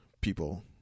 people